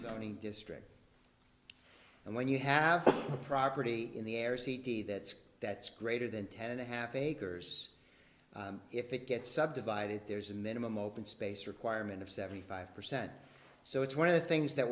zoning district and when you have a property in the air c t that that's greater than ten and a half acres if it gets subdivided there's a minimum open space requirement of seventy five percent so it's one of the things that